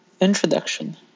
Introduction